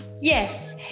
yes